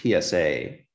PSA